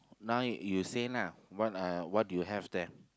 now you you say lah what uh what you have there